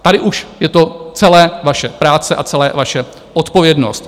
Tady už je to celé vaše práce a celé vaše odpovědnost.